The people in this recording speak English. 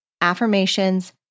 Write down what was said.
affirmations